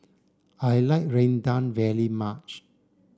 I like Rendang very much